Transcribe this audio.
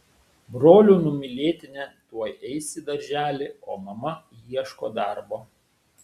brolių numylėtinė tuoj eis į darželį o mama ieško darbo